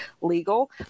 legal